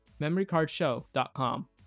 MemoryCardShow.com